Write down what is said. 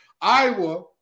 Iowa